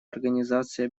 организации